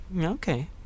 okay